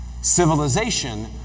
Civilization